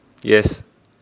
yes